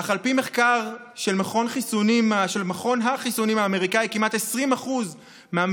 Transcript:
אך על פי מחקר של מכון החיסונים האמריקאי כמעט 20% מהמבוגרים